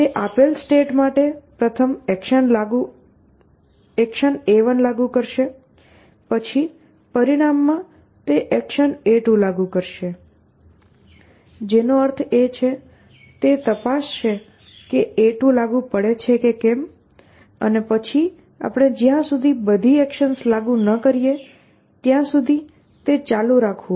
તે આપેલ સ્ટેટ માટે પ્રથમ એક્શન a1 લાગુ કરશે પછી પરિણામ માં તે એક્શન a2 લાગુ કરશે જેનો અર્થ તે તપાસશે કે a2 લાગુ પડે છે કે કેમ અને પછી આપણે જ્યાં સુધી બધી એકશન્સ લાગુ ન કરીએ ત્યાં સુધી તે ચાલુ રાખવું